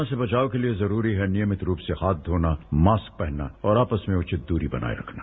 corona से बचाव के लिए जरूरी है नियमित रूप से हाथ धोना मास्क पहनना और आपस में उचित दूरी बनाए रखना